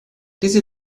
diese